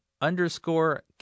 underscore